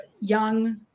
young